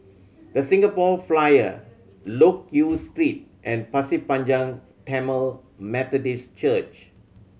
The Singapore Flyer Loke Yew Street and Pasir Panjang Tamil Methodist Church